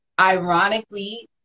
ironically